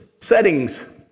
settings